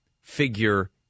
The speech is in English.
figure